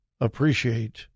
appreciate